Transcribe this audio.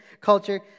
culture